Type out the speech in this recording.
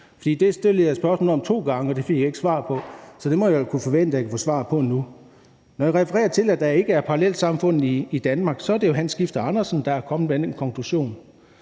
det stillede jeg spørgsmål om to gange, og det fik jeg ikke svar på. Så det må jeg vel forvente at kunne få svar på nu. Når jeg refererer til, at der ikke er parallelsamfund i Danmark, så er det jo Hans Skifter Andersen, der er kommet med den konklusion